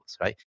right